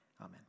Amen